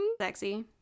sexy